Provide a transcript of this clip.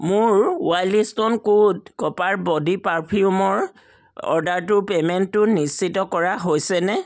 মোৰ wild stone code copper body পাৰফিউমৰ অৰ্ডাৰটোৰ পে'মেণ্টটো নিশ্চিত কৰা হৈছেনে